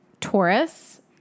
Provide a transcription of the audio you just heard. Taurus